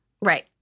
Right